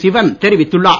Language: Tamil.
சிவன் தெரிவித்துள்ளார்